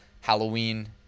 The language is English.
Halloween